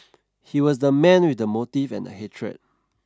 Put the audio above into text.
he was the man with the motive and the hatred